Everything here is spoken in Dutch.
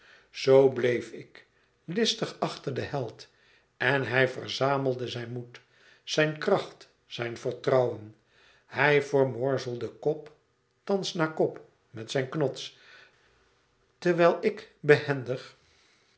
zoo bleef ik listig achter den held en hij verzamelde zijn moed zijn kracht zijn vertrouwen hij vermorzelde kop thans na kop met zijn knots terwijl ik behendig